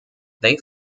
they